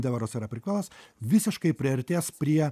endevoras yra prikolas visiškai priartės prie